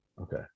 Okay